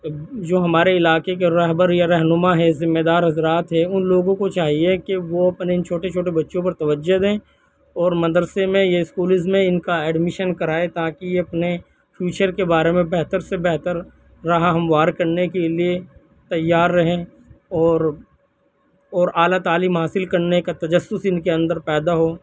جو ہمارے علاقے کے رہبر یا رہنما ہیں ذمے دار حضرات ہیں ان لوگوں کو چاہیے کہ وہ اپنے ان چھوٹے چھوٹے بچوں پر توجہ دیں اور مدرسے میں یا اسکولز میں ان کا ایڈمشن کرائیں تاکہ یہ اپنے فیوچر کے بارے میں بہتر سے بہتر راہ ہموار کرنے کے لیے تیار رہیں اور اور اعلیٰ تعلیم حاصل کرنے کا تجسس ان کے اندر پیدا ہو